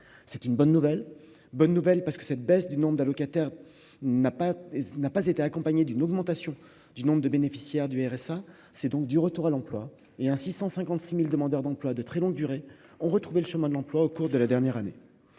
nouvelle, bonne nouvelle parce que cette baisse du nombre d'allocataires n'a pas, n'a pas été accompagnée d'une augmentation du nombre de bénéficiaires du RSA, c'est donc du retour à l'emploi et ainsi 156000 demandeurs d'emploi de très longue durée ont retrouvé le chemin de l'emploi au cours de la dernière année,